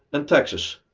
and taxes.